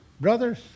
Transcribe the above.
Brothers